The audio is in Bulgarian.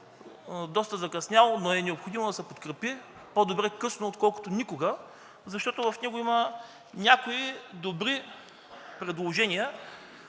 доста закъснял, но е необходимо да се подкрепи – по-добре отколкото никога, защото в него има няколко добри предложения,